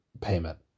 payment